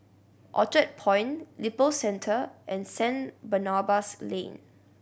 Orchard Point Lippo Centre and Saint Barnabas Lane